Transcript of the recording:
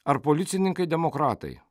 ar policininkai demokratai